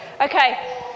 okay